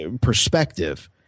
perspective